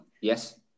yes